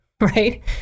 right